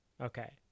Okay